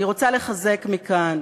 אני רוצה לחזק מכאן